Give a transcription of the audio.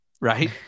right